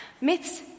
myths